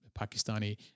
Pakistani